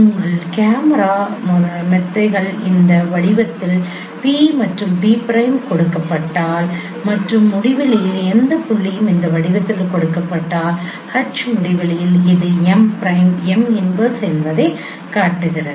உங்கள் கேமரா மெத்தைகள் இந்த வடிவத்தில் P மற்றும் P பிரைம் கொடுக்கப்பட்டால் மற்றும் முடிவிலி எந்த புள்ளியும் இந்த வடிவத்தில் கொடுக்கப்பட்டால் H முடிவிலியில் இது M பிரைம் M இன்வெர்ஸ் என்பதைக் காட்டுகிறது